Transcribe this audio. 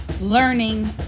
Learning